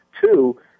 Two